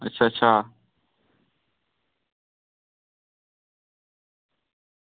अच्छा अच्छा